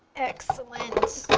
excellent.